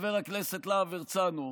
חבר הכנסת להב הרצנו,